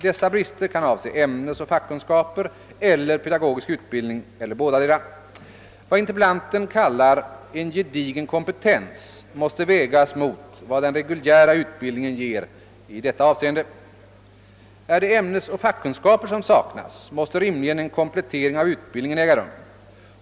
Dessa brister kan avse ämnesoch fackkunskaper eller pedagogisk utbildning eller bådadera. Vad interpellanten kallar »en gedigen kompetens» måste vägas mot vad den reguljära utbildningen ger i dessa avseenden. Är det ämnesoch fackkunskaper som saknas, måste rimligen en komplettering av utbildningen äga rum.